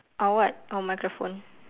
or what oh microphone